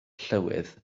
llywydd